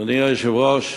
אדוני היושב-ראש,